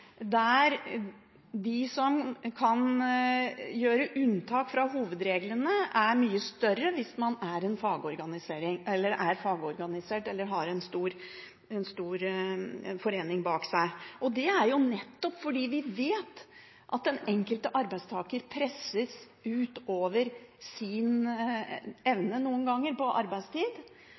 der mulighetene for unntak fra hovedreglene er mye større hvis man er en fagorganisert eller har en stor forening bak seg. Det er nettopp fordi vi vet at den enkelte arbeidstaker noen ganger presses utover sin evne når det gjelder arbeidstid.